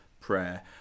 prayer